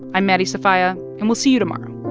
i'm maddie sofia, and we'll see you tomorrow